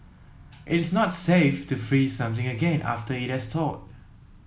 it is not safe to freeze something again after it has thawed